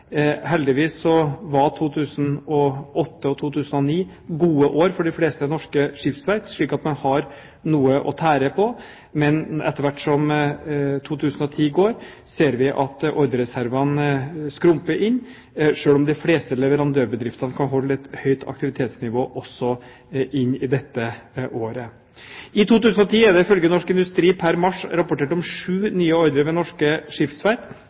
Heldigvis var 2008 og 2009 gode år for de fleste norske skipsverft, slik at man har noe å tære på, men etter hvert som 2010 går, ser vi at ordrereservene skrumper inn, selv om de fleste leverandørbedriftene kan holde et høyt aktivitetsnivå også inn i dette året. I 2010 er det ifølge Norsk Industri pr. mars rapportert om sju nye ordrer ved norske